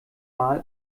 mal